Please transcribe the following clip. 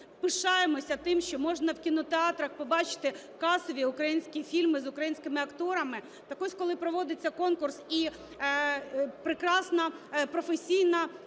пишаємося тим, що можна в кінотеатрах побачити касові українські фільми з українськими акторами, так ось, коли проводиться конкурс і прекрасна професійна